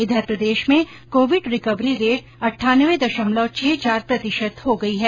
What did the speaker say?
इधर प्रदेश में कोविड रिकवरी रेट अठानवे दशमलव छः चार प्रतिशत हो गई है